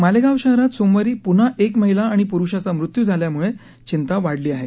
मालेगाव शहरात सोमवारी पुन्हा एक महिला आणि पुरुषाचा मृत्यू झाल्यामुळे चिंता वाढली आहे